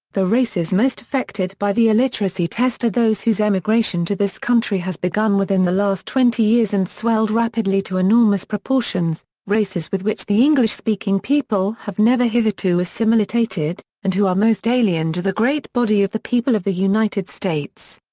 the races most affected by the illiteracy test are those whose emigration to this country has begun within the last twenty years and swelled rapidly to enormous proportions, races with which the english speaking people have never hitherto assimilatated, and who are most alien to the great body of the people of the united states.